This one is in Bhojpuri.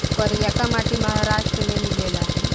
करियाका माटी महाराष्ट्र में मिलेला